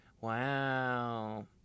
Wow